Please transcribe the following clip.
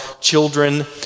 children